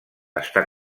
està